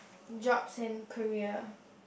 jobs and career